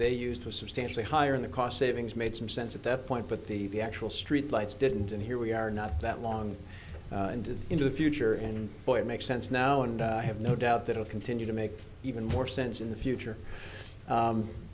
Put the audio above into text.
they used was substantially higher in the cost savings made some sense at that point but the actual streetlights didn't and here we are not that long and into the future and boy it makes sense now and i have no doubt that will continue to make even more sense in the future